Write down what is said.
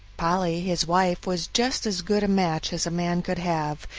polly, his wife, was just as good a match as a man could have.